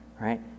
right